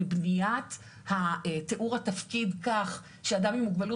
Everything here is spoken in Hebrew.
בבניית תיאור התפקיד כך שאדם עם מוגבלות